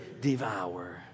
devour